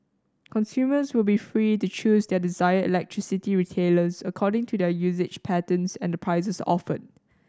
consumers will be free to choose their desired electricity retailers according to their usage patterns and the prices offered